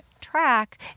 track